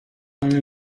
ale